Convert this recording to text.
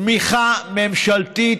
תמיכה ממשלתית,